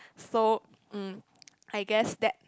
so um I guess that